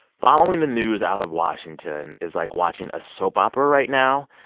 following the news out of washington is like watching a soap opera right now,